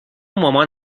مامان